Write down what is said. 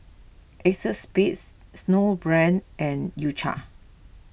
Acexspade Snowbrand and U Cha